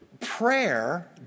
prayer